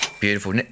Beautiful